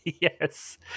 Yes